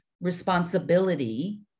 responsibility